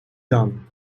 done